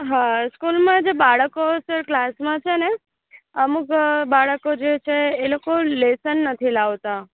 હા સ્કૂલમાં જે બાળકો સર ક્લાસમાં છે ને અમુક બાળકો જે છે એ લોકો લેશન નથી લાવતાં